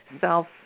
self